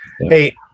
Hey